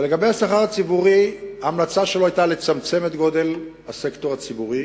ולגבי השכר הציבורי ההמלצה שלו היתה לצמצם את גודל הסקטור הציבורי,